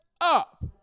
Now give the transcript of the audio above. up